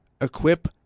equip